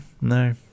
no